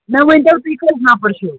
مےٚ ؤنۍتو تُہۍ کٔژ نَفر چھُو